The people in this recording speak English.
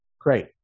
Great